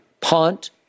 Punt